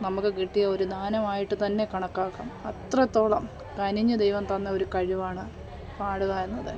നമുക്ക് കിട്ടിയ ഒരു ദാനമായിട്ട് തന്നെ കണക്കാക്കാം അത്രത്തോളം കനിഞ്ഞ് ദൈവം തന്ന ഒരു കഴിവാണ് പാടുക എന്നത്